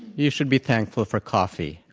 you should be thankful for coffee.